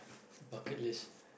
bucket list